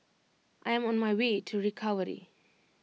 I am on my way to recovery